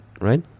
right